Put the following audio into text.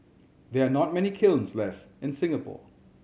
there are not many kilns left in Singapore